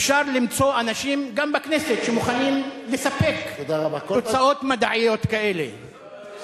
אפשר למצוא גם בכנסת אנשים שמוכנים לספק תוצאות מדעיות כאלה.